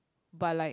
but like